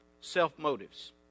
self-motives